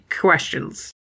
questions